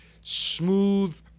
smooth